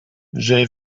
j’ai